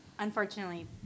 Unfortunately